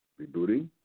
rebooting